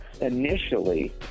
Initially